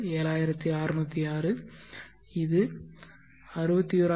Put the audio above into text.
6 7606 இது 61848